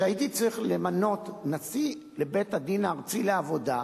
כשהייתי צריך למנות נציג לבית-הדין הארצי לעבודה,